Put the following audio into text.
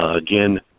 again